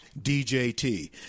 DJT